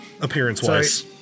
appearance-wise